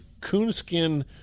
coonskin